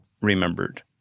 remembered